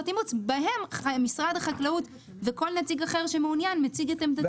אימוץ בהן משרד החקלאות וכל נציג אחר שמעוניין מציג את עמדתו.